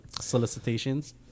solicitations